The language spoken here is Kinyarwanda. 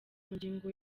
ngingo